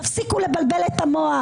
תפסיקו לבלבל את המוח.